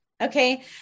Okay